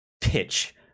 pitch